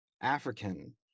african